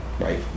right